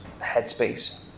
headspace